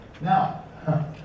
Now